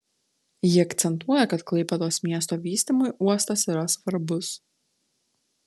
ji akcentuoja kad klaipėdos miesto vystymui uostas yra svarbus